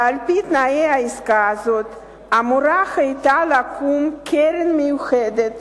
ועל-פי תנאי עסקה זאת אמורה היתה לקום קרן מיוחדת